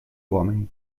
uomini